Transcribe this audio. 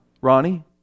Ronnie